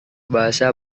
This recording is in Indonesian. bahasa